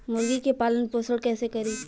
मुर्गी के पालन पोषण कैसे करी?